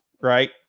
right